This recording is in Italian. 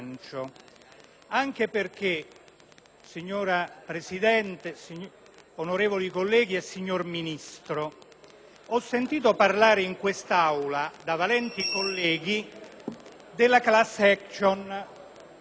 Signora Presidente, onorevoli colleghi e signor Ministro, ho sentito parlare in quest'Aula da valenti colleghi della *class action* nella pubblica amministrazione;